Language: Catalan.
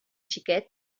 xiquet